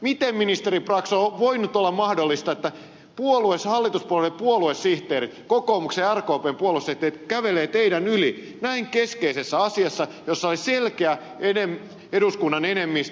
miten ministeri brax on voinut olla mahdollista että puolueissa hallituspuolueiden puoluesihteerit kokoomuksen ja rkpn puoluesihteerit kävelevät teidän ylitsenne näin keskeisessä asiassa jossa oli selkeä eduskunnan enemmistö